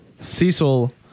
Cecil